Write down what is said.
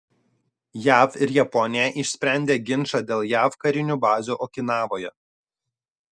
jav ir japonija išsprendė ginčą dėl jav karinių bazių okinavoje